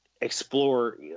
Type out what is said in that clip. explore